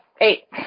eight